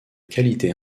qualité